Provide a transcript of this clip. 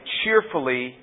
cheerfully